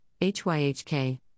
HYHK